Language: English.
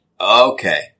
Okay